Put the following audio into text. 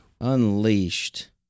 Unleashed